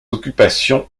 occupations